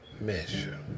measure